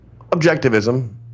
Objectivism